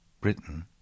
Britain